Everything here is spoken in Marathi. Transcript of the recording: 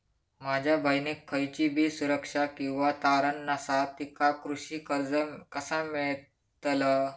माझ्या बहिणीक खयचीबी सुरक्षा किंवा तारण नसा तिका कृषी कर्ज कसा मेळतल?